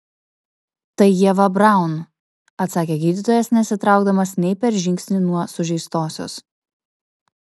tai ieva braun atsakė gydytojas nesitraukdamas nei per žingsnį nuo sužeistosios